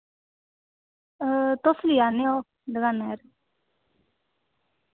तुस ली आह्नओ दुकाने पर